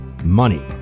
money